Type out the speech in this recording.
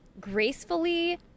gracefully